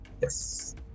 Yes